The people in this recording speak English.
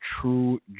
true